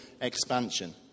expansion